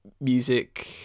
music